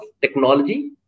technology